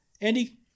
Andy